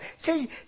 See